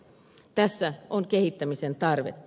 tässä on kehittämisen tarvetta